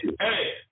Hey